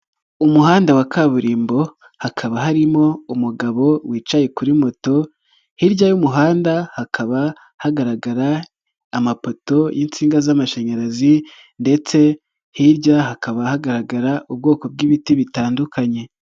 Umuhanda wa kaburimbo hakaba harimo umugabo wicaye kuri moto hirya y'umuhanda hakaba hagaragara amapoto y'insinga z'amashanyarazi ndetse hirya hakaba hagaragara ubwoko bw'ibiti bitandukanye.